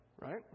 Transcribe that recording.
right